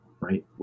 Right